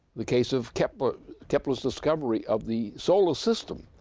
the case of kepler's kepler's discovery of the solar system.